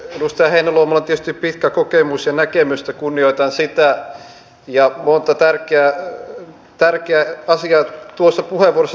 edustaja heinäluomalla on tietysti pitkä kokemus ja näkemys kunnioitan sitä ja monta tärkeää asiaa tuossa puheenvuorossa tuli esille